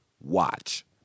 Watch